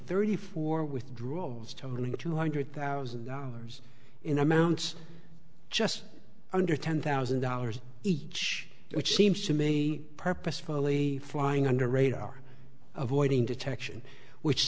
thirty four withdrawals totaling to two hundred thousand dollars in amounts just under ten thousand dollars each which seems to me purposefully flying under radar avoiding detection which